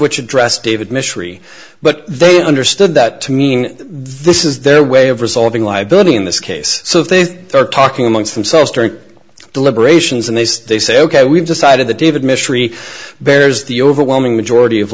which address david mystery but they understood that to mean this is their way of resolving liability in this case so if they are talking amongst themselves during deliberations and they say they say ok we've decided that david mystery bears the overwhelming majority of